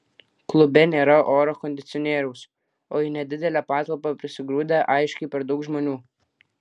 klube nėra oro kondicionieriaus o į nedidelę patalpą prisigrūdę aiškiai per daug žmonių